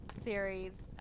series